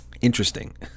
Interesting